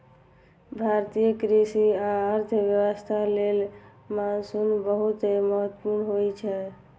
भारतीय कृषि आ अर्थव्यवस्था लेल मानसून बहुत महत्वपूर्ण होइ छै